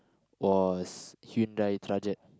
was Hyundai Trajet